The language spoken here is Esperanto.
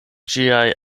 ĝiaj